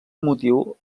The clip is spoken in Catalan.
motiu